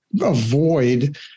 avoid